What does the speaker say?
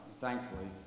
thankfully